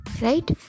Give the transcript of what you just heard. right